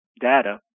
data